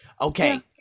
okay